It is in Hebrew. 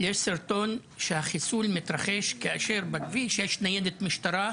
יש סרטון שהחיסול מתרחש כאשר בכביש יש ניידת משטרה,